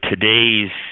today's